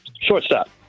Shortstop